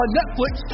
Netflix